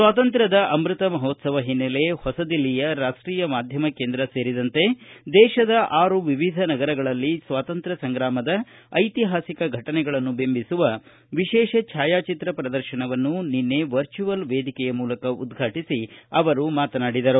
ಸ್ವಾತಂತ್ರ್ಯದ ಅಮೃತ ಮಹೋತ್ಸವ ಹಿನ್ನಲೆ ಹೊಸದಿಲ್ಲಿಯ ರಾಷ್ಷೀಯ ಮಾಧ್ಯಮ ಕೇಂದ್ರ ಸೇರಿದಂತೆ ದೇಶದ ಅರು ವಿವಿಧ ನಗರಗಳಲ್ಲಿ ಸ್ವಾತಂತ್ರ್ಯ ಸಂಗ್ರಾಮದ ಐತಿಹಾಸಿಕ ಘಟನೆಗಳನ್ನು ಬಿಂಬಿಸುವ ವಿಶೇಷ ಭಾಯಾಚಿತ್ರ ಪ್ರದರ್ಶನವನ್ನು ವರ್ಚುವಲ್ ವೇದಿಕೆಯ ಮೂಲಕ ನಿನ್ನೆ ಉದ್ಘಾಟಿಸಿ ಅವರು ಮಾತನಾಡಿದರು